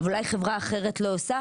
אבל אולי חברה אחרת לא עושה.